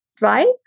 Right